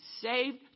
saved